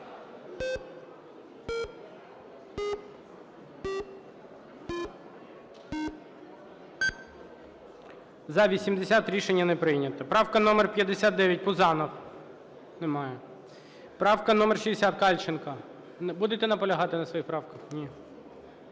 За-80 Рішення не прийнято. Правка номер 59, Пузанов. Немає. Правка номер 60, Кальченко. Будете наполягати на своїй правці? Ні.